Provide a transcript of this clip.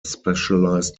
specialized